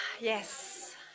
Yes